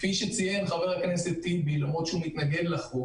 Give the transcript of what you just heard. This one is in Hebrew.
כפי שציין חבר הכנסת טיבי, למרות שהוא מתנגד לחוק